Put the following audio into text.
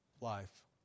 life